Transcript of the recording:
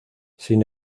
sin